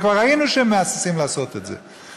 וכבר ראינו שהם מהססים לעשות את זה.